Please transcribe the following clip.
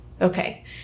Okay